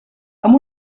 amb